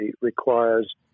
requires